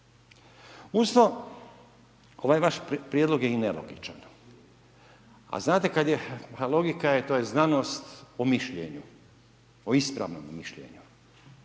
Uz to, ovaj vaš Prijedlog je i nelogičan, a znate kada je, pa logika je, to je znanost o mišljenju, o ispravnom mišljenju,